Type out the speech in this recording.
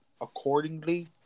accordingly